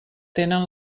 tenen